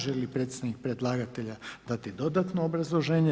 Želi li predstavnik predlagatelja dati dodatno obrazloženje?